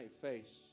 face